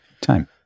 time